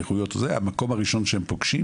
נכויות וכו' המקום הראשון שהם פוגשים